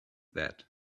that